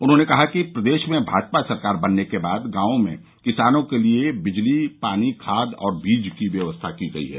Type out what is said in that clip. उन्होंने कहा कि प्रदेश में भाजपा सरकार बनने के बाद गांवों में किसानों के लिए बिजली पानी खाद और बीज की व्यवस्था की गई है